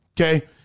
Okay